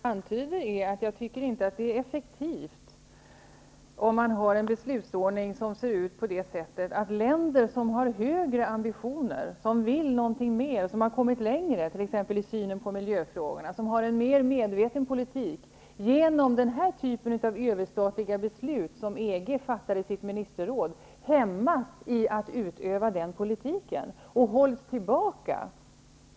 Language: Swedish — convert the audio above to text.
Herr talman! Det jag antyder är att jag inte tycker att det är effektivt om man har en beslutsordning som ser ut på det sättet att de länder som har högre ambitioner, som vill någonting mer, som har kommit längre i t.ex. synen på miljöfrågorna, som har en mer medveten politik, genom den typ av överstatliga beslut som EG fattade i sitt ministerråd hämmas i att utöva sin politik och hålls tillbaka.